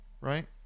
right